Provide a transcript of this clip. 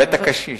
בית-הקשיש.